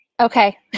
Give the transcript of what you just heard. Okay